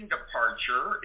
Departure